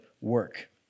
work